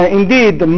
indeed